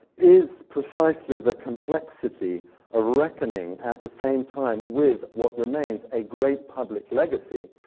is precisely the complexity of reckoning at the same time with what remains a great public legacy,